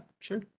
sure